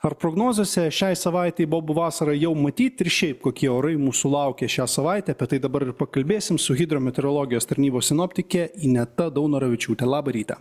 ar prognozėse šiai savaitei bobų vasara jau matyt ir šiaip kokie orai mūsų laukia šią savaitę apie tai dabar ir pakalbėsim su hidrometeorologijos tarnybos sinoptikė ineta daunoravičiūte labą rytą